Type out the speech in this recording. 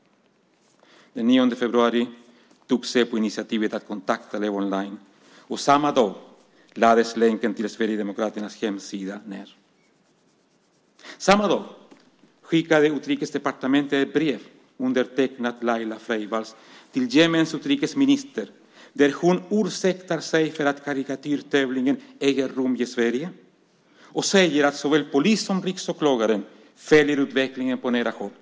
Den 9 februari tog Säpo initiativet att kontakta Levonline, och samma dag lades länken till Sverigedemokraternas hemsida ned. Samma dag skickade Utrikesdepartementet ett brev undertecknat av Laila Freivalds till Jemens utrikesminister där hon ursäktar sig för att karikatyrtävlingen äger rum i Sverige och säger att såväl polis som riksåklagaren följer utvecklingen på nära håll.